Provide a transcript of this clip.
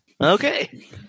Okay